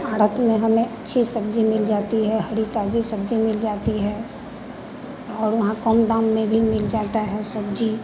आढ़त में हमें अच्छी सब्जी मिल जाती है हरी ताजी सब्जी मिल जाती है और वहाँ कम दाम में भी मिल जाता है सब्जी